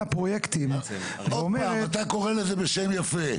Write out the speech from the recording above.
הפרויקטים ואומרת --- אתה קורא לזה בשם יפה.